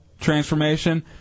transformation